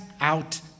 out